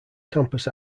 campus